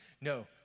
No